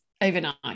overnight